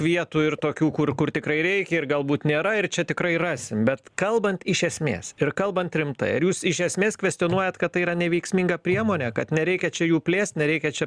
vietų ir tokių kur kur tikrai reikia ir galbūt nėra ir čia tikrai rasim bet kalbant iš esmės ir kalbant rimtai ar jūs iš esmės kvestionuojat kad tai yra neveiksminga priemonė kad nereikia čia jų plėst nereikia čia